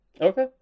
Okay